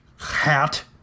Hat